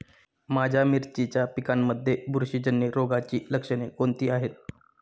माझ्या मिरचीच्या पिकांमध्ये बुरशीजन्य रोगाची लक्षणे कोणती आहेत?